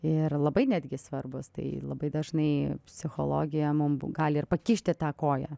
ir labai netgi svarbūs tai labai dažnai psichologija mum gali ir pakišti tą koją